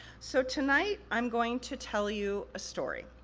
so, tonight i'm going to tell you a story.